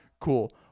cool